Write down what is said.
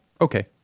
Okay